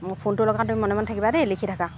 মই ফোনটো লগাওঁ তুমি মনে মনে থাকিবা দেই লিখি থাকা